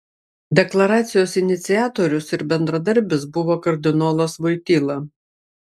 deklaracijos iniciatorius ir bendradarbis buvo kardinolas voityla